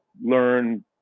Learn